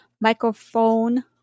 microphone